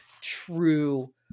true